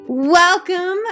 Welcome